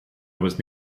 was